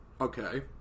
Okay